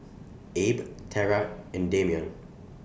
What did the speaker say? Abe Terra and Dameon